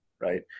right